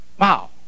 Wow